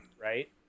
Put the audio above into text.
right